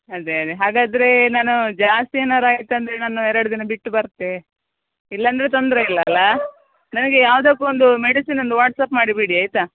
ಅದೇ ಅದೇ ಹಾಗಾದರೆ ನಾನು ಜಾಸ್ತಿ ಏನಾರು ಆಯ್ತು ಅಂದರೆ ನಾನು ಎರಡು ದಿನ ಬಿಟ್ಟು ಬರ್ತೆ ಇಲ್ಲಾಂದರೆ ತೊಂದರೆಯಿಲ್ಲ ಅಲ್ಲಾ ನನಗೆ ಯಾವುದಕ್ಕು ಒಂದು ಮೆಡಿಸಿನ್ ಒಂದು ವಾಟ್ಸ್ಆ್ಯಪ್ ಮಾಡಿ ಬಿಡಿ ಆಯಿತಾ